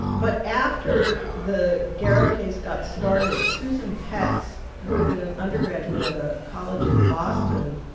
but after the garrow case got started, susan petz who had been an undergraduate at a college in boston,